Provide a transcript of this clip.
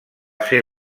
ser